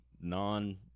non—